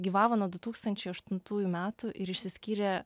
gyvavo nuo du tūkstančiai aštuntųjų metų ir išsiskyrė